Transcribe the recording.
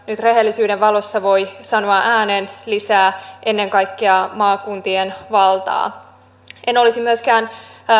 nyt rehellisyyden valossa voi sanoa ääneen lisää ennen kaikkea maakuntien valtaa en olisi myöskään